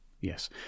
Yes